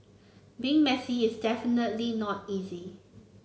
being messy is definitely not easy